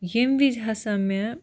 ییٚمہِ وِزِۍ ہسا مےٚ